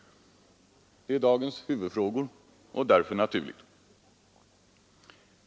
Detta är dagens huvudfrågor, och det är därför naturligt.